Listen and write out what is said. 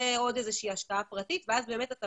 ועוד איזושהי השקעה פרטית ואז באמת אתה